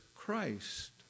Christ